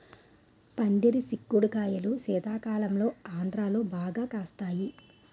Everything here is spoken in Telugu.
పందిరి సిక్కుడు కాయలు శీతాకాలంలో ఆంధ్రాలో బాగా కాస్తాయి